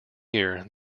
year